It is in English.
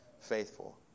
faithful